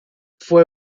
fue